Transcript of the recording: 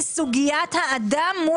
אמרתי לך, סיכמנו כאן בינינו.